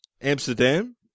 Amsterdam